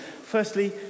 Firstly